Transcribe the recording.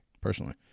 personally